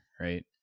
right